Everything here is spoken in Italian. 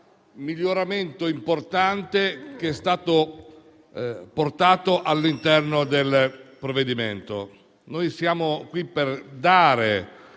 miglioramento che è stato portato all'interno del provvedimento. Siamo qui per dare